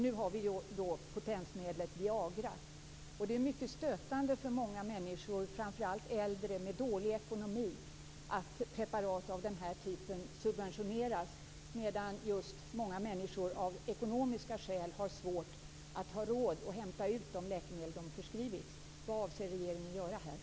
Nu har vi potensmedlet Det är mycket stötande för många människor - framför allt äldre med dålig ekonomi - att preparat av den typen subventioneras, medan många människor av ekonomiska skäl har svårt att hämta ut de läkemedel de förskrivits. Vad avser regeringen att göra?